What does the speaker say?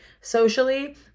socially